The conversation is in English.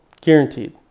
Guaranteed